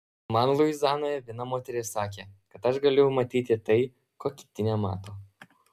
man luizianoje viena moteris sakė kad aš galiu matyti tai ko kiti nemato